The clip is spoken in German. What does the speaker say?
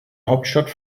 hauptstadt